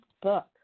book